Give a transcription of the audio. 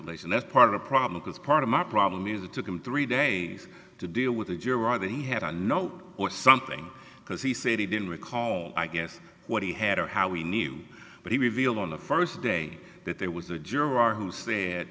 that's part of the problem because part of my problem is it took him three days to deal with a juror that he had a note or something because he said he didn't recall i guess what he had or how we knew but he revealed on the st day that there was a juror who sa